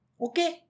Okay